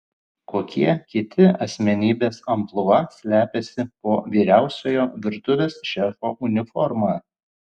kokie kiti asmenybės amplua slepiasi po vyriausiojo virtuvės šefo uniforma